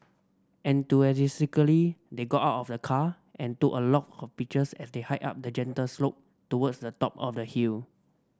enthusiastically they got out of the car and took a lot of pictures as they hiked up a gentle slope towards the top of the hill